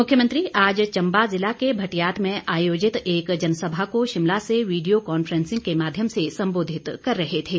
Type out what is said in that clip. मुख्यमंत्री आज चंबा ज़िला के भटियात में आयोजित एक जनसभा को शिमला से वीडिया कॉन्फ्रेंसिंग के माध्यम से संबोधित कर रहे थे